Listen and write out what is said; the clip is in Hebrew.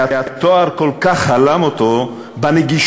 שהתואר כל כך הלם אותו בנגישות